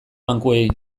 bankuei